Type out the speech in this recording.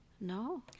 no